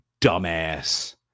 dumbass